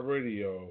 Radio